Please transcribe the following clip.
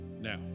now